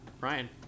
Ryan